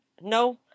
no